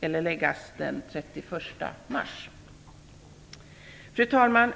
läggas fram den 31 mars. Fru talman!